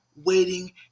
waiting